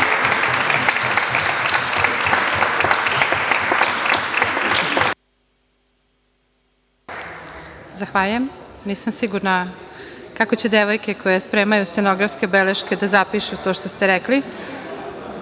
Zahvaljujem. Nisam sigurna kako će devojke koje spremaju stenografske beleške da zapišu to što ste rekli. Reč